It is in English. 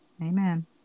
Amen